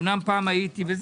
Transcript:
אמנם פעם הייתי.